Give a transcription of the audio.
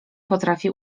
potrafi